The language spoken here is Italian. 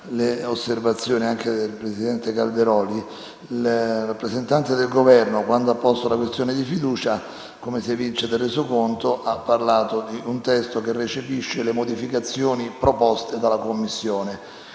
Calderoli, faccio notare che quando il rappresentante del Governo ha posto la questione di fiducia, come si evince del resoconto, ha parlato di un testo che recepisce le modificazioni proposte dalla Commissione,